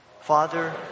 Father